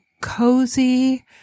cozy